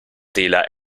tela